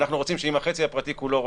אנחנו רוצים שאם כל החצי הפרטי רוצה,